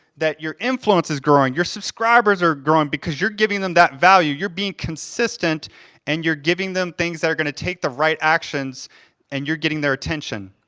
that your influence is growing. your subscribers are growing because you're giving them that value. you're being consistent and you're giving them things that are gonna take the right actions and you're getting their attention.